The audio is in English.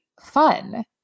fun